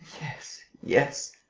yes, yes,